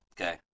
Okay